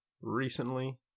recently